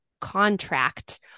contract